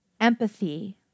empathy